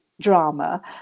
drama